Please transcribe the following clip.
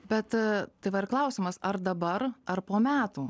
bet tai va ir klausimas ar dabar ar po metų